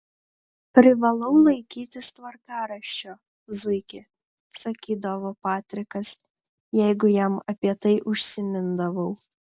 privalau laikytis tvarkaraščio zuiki sakydavo patrikas jeigu jam apie tai užsimindavau